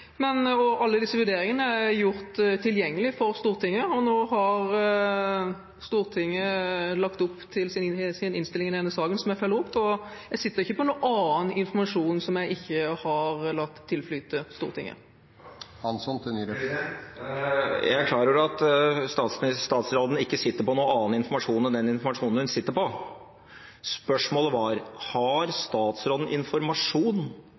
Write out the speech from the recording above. Men alle disse vurderingene er gjort tilgjengelig for Stortinget, og nå har Stortinget lagt fram sin innstilling i denne saken, som jeg følger opp, og jeg sitter ikke på noen annen informasjon som jeg ikke har latt tilflyte Stortinget. Jeg er klar over at statsråden ikke sitter på noen annen informasjon enn den informasjonen hun sitter på. Spørsmålet var: Har statsråden informasjon